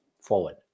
forward